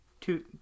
two